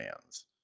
fans